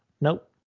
Nope